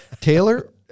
Taylor